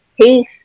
Peace